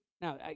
now